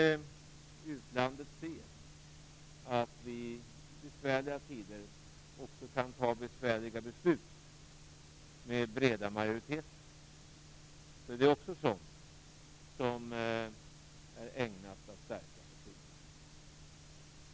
Att man i utlandet ser att vi i besvärliga tider kan fatta besvärliga beslut med breda majoriteter är också ägnat att stärka förtroendet.